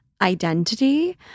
identity